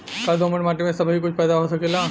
का दोमट माटी में सबही कुछ पैदा हो सकेला?